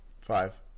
Five